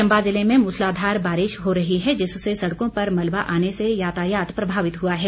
चम्बा जिले में मूसलाघार बारिश हो रही है जिससे सड़कों पर मलबा आने से यातायात प्रभावित हुआ है